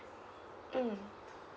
mm